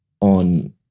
on